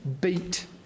beat